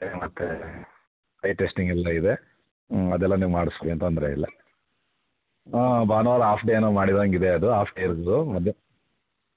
ಮತ್ತು eye testing ಎಲ್ಲ ಇದೆ ಅದೆಲ್ಲ ನೀವು ಮಾಡಿಸಿ ಏನೂ ತೊಂದರೆ ಇಲ್ಲ ಹಾಂ ಭಾನುವಾರ ಹಾಫ್ ಡೇ ಏನೋ ಮಾಡಿರೋ ಹಾಗಿದೆ ಅದು ಹಾಫ್ ಡೇ